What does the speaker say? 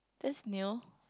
that's new